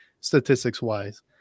statistics-wise